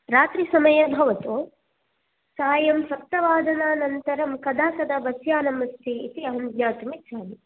रात्रिसमये भवतु सायं सप्तवादनन्तरं कदा कदा बस् यानम् अस्ति इति अहं ज्ञातुम् इच्छामि